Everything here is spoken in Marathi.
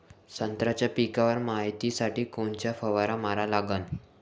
संत्र्याच्या पिकावर मायतीसाठी कोनचा फवारा मारा लागन?